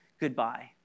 goodbye